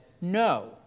no